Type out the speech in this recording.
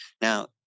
Now